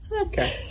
Okay